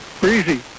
Breezy